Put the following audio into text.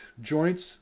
joints